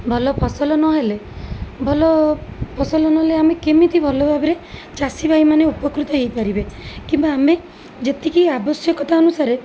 ଭଲ ଫସଲ ନହେଲେ ଭଲ ଫସଲ ନହେଲେ ଆମେ କେମିତି ଭଲଭାବରେ ଚାଷୀ ଭାଇମାନେ ଉପକୃତ ହେଇପାରିବେ କିମ୍ବା ଆମେ ଯେତିକି ଆବଶ୍ୟକତା ଅନୁସାରେ